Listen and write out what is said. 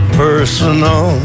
personal